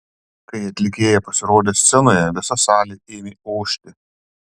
kai atlikėja pasirodė scenoje visa salė ėmė ošti